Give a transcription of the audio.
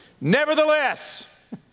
Nevertheless